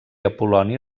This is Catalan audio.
apol·loni